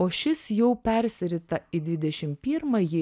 o šis jau persirita į dvidešim pirmąjį